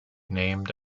named